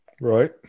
Right